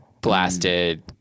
blasted